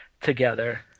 together